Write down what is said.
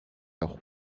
авах